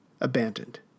abandoned